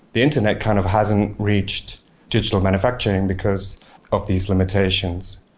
the internet kind of hasn't reached digital manufacturing because of these limitations.